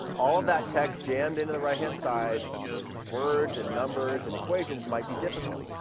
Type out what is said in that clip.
all of that text jammed into the right hand side with words and numbers and equations might be difficult.